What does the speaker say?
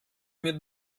mit